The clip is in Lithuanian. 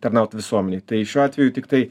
tarnaut visuomenei tai šiuo atveju tiktai